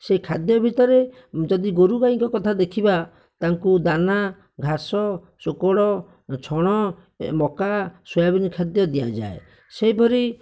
ସେହି ଖାଦ୍ୟ ଭିତରେ ଯଦି ଗୋରୁଗାଇଙ୍କ କଥା ଦେଖିବା ତାଙ୍କୁ ଦାନା ଘାସ ଚକୋଡ଼ ଛଣ ମକା ସୋୟାବିନ୍ ଖାଦ୍ୟ ଦିଆ ଯାଏ ସେହିପରି